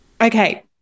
Okay